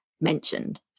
mentioned